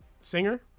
singer